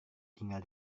tinggal